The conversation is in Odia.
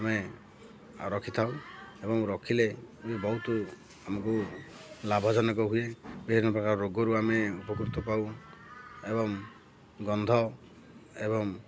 ଆମେ ଆଉ ରଖିଥାଉ ଏବଂ ରଖିଲେ ବି ବହୁତ ଆମକୁ ଲାଭଜନକ ହୁଏ ବିଭିନ୍ନ ପ୍ରକାର ରୋଗରୁ ଆମେ ଉପକୃତ ପାଉ ଏବଂ ଗନ୍ଧ ଏବଂ